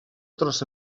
dros